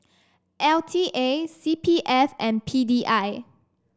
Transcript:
L T A C P F and P D I